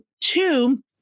two